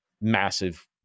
massive